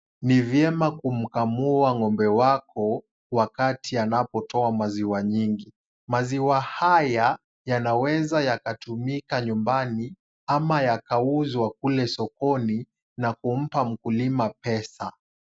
Ni vyema kumkamua ng'ombe wako wakati anapotoa maziwa nyingi. Maziwa haya yanaweza kutumika nyumbani ama yakauzwa kule sokoni na kumpa mkulima pesa.